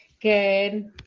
good